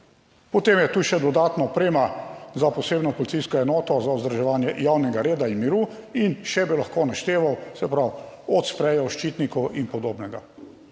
Potem je tu še dodatna oprema za posebno policijsko enoto za vzdrževanje javnega reda in miru in še bi lahko našteval, se pravi, od sprejev, ščitnikov in podobnega.